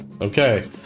okay